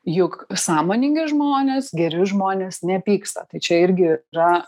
juk sąmoningi žmonės geri žmonės nepyksta tai čia irgi yra